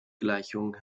gleichung